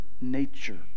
nature